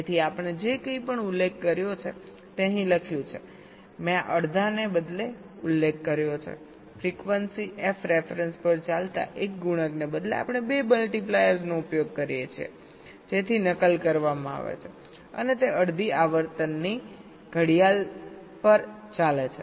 તેથી આપણે જે કંઈપણ ઉલ્લેખ કર્યો છે તે અહીં લખ્યું છે મેં આ અડધાને બદલે ઉલ્લેખ કર્યો છે ફ્રીક્વન્સી f રેફરન્સ પર ચાલતા એક ગુણકને બદલે આપણે 2 મલ્ટિપ્લાયર્સનો ઉપયોગ કરીએ છીએ જેથી નકલ કરવામાં આવે છે અને તે અડધી ઘડિયાળની આવર્તન પર ચાલે છે